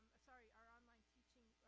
sorry, our online teaching